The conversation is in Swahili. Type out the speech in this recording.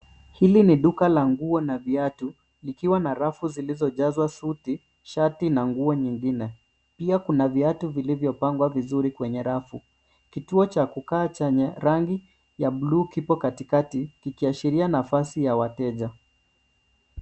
Hili ni duka la nguo na viatu ikiwa na rafu zilizojazwa suti , shati na nguo nyingine. Pia kuna viatu vilivyopangwa vizuri kwenye rafu . Kituo cha kukaa chenye rangi ya bluu kipo katikati, kikiashiria nafasi ya wateja .